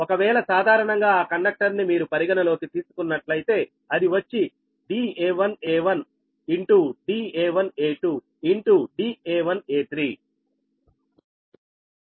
ఒకవేళ సాధారణంగా ఆ కండక్టర్ ని మీరు పరిగణలోకి తీసుకున్నట్లయితే అది వచ్చి da1a1 da1a2 da1a3